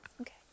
Okay